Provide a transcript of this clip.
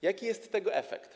Jaki jest tego efekt?